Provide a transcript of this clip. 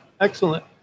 excellent